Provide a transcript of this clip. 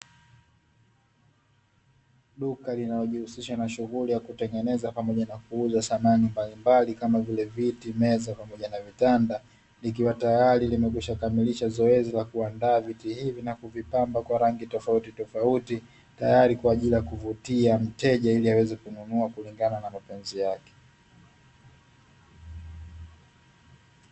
Duka linalojihusisha na shughuli ya kutengeneza pamoja na kuuza samani mbalimbali, kama vile viti, meza pamoja na vitanda, likiwa tayari limekwisha kamilisha zoezi la kuandaa viti hivi na kuvipamba kwa rangi tofautitofauti, tayari kwa ajili ya kuvutia mteja ili aweze kununua kulingana na mapenzi yake.